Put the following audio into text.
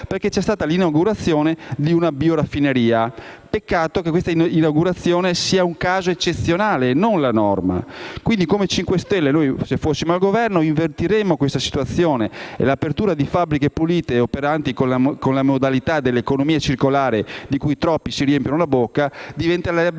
positivo con l'inaugurazione di una bioraffineria. Peccato che questa sia un caso eccezionale e non la norma. Come Movimento 5 Stelle, se fossimo al Governo, invertiremmo questa situazione e l'apertura di fabbriche pulite, operanti con la modalità dell'economia circolare, di cui troppi si riempiono la bocca, diventerebbe